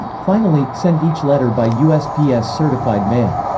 finally, send each letter by usps certified mail.